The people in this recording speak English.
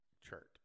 chart